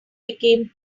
became